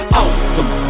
awesome